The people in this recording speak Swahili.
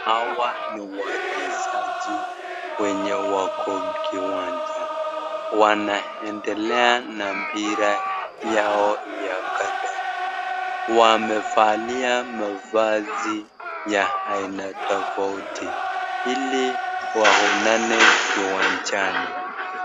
Hawa ni wachezaji wenye wako kiwanja. Wanaendelea na mpira yao ya kandanda. Wamevalia mavazi ya aina tofauti ili waonane kiwanjani.